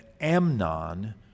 Amnon